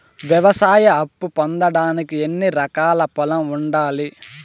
వ్యవసాయ అప్పు పొందడానికి ఎన్ని ఎకరాల పొలం ఉండాలి?